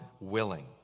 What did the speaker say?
willing